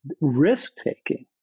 risk-taking